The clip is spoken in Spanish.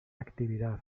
actividad